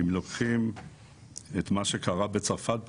אם לוקחים את מה שקרה בצרפת ב-2003,